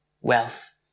wealth